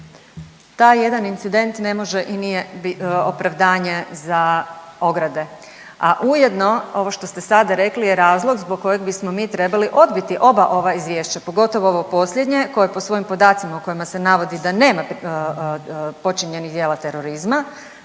Taj jedan incident ne može i nije opravdanje za ograde, a ujedno ovo što ste sada rekli je razlog zbog kojeg bismo mi trebali odbiti oba ova izvješća pogotovo ovo posljednje koje po svojim podacima u kojima se navodi da nema počinjenih djela terorizma